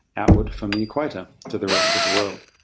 outward from the equator to the rest of the world.